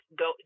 go